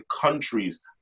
countries